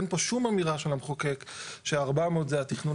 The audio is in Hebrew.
אין פה שום אמירה של המחוקק שה-400 זה התכנון